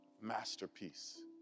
masterpiece